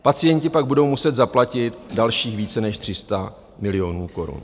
Pacienti pak budou muset zaplatit dalších více než 300 milionů Kč.